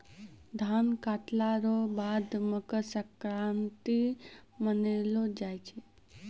धान काटला रो बाद मकरसंक्रान्ती मानैलो जाय छै